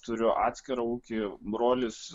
turiu atskirą ūkį brolis